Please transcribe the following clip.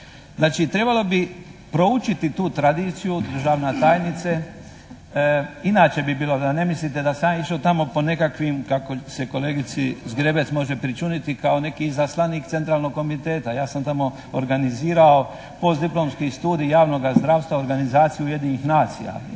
Znači trebalo bi proučiti tu tradiciju, državna tajnice. Inače bi bilo da ne mislite da sam ja išao tamo po nekakvim kako se kolegici Zgrebec može pričuniti kao neki izaslanik centralnog komiteta. Ja sam tamo organizirao postdiplomski studij javnoga zdravstva organizaciju Ujedinjenih nacija.